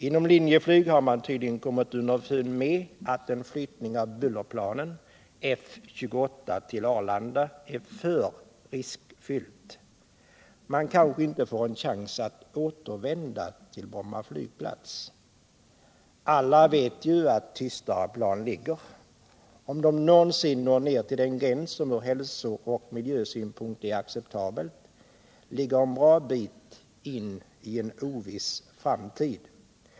Inom Linjeflyg har man tydligen kommit underfund med att en flyttning av bullerplanen F-28 till Arlanda är för risk fylld. Man kanske inte får en chans att återvända till Bromma flygplats. Alla vet ju att tystare plan —-om de någonsin når ner till den gräns som från hälso och miljösynpunkt är acceptabel — tidsmässigt ligger en bra bit in i en oviss framtid.